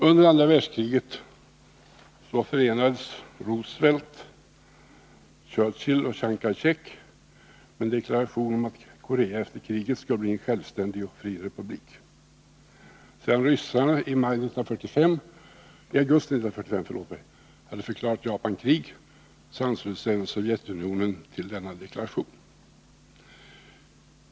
Under andra världskriget förenades Roosevelt, Churchill och Chiang Kai-shek i en deklaration om att Korea efter kriget skulle bli en självständig och fri republik. Sedan ryssarna i augusti 1945 hade förklarat Japan krig, anslöt sig även Sovjetunionen till denna deklaration.